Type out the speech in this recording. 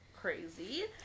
crazy